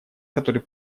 который